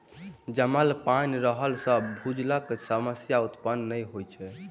जमल पाइन रहला सॅ भूजलक समस्या उत्पन्न नै होइत अछि